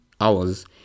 hours